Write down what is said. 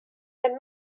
and